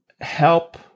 help